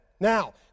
Now